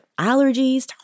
allergies